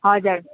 हजुर